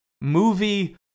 movie